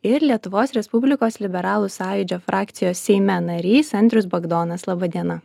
ir lietuvos respublikos liberalų sąjūdžio frakcijos seime narys andrius bagdonas laba diena